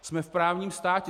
Jsme v právním státě.